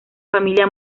familia